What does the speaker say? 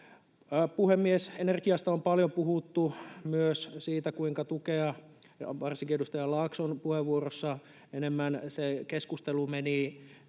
Puhemies! Energiasta on paljon puhuttu — myös siitä, kuinka tukea. Varsinkin edustaja Laakson puheenvuorossa se keskustelu meni